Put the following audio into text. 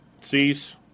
Cease